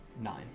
Nine